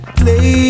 play